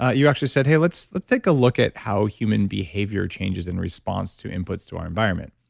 ah you actually said, hey, let's let's take a look at how human behavior changes in response to inputs to our environment.